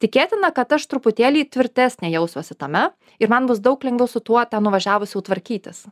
tikėtina kad aš truputėlį tvirtesnė jausiuosi tame ir man bus daug lengviau su tuo ten nuvažiavus jau tvarkytis